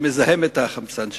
שמזהם את החמצן שלנו.